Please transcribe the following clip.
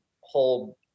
whole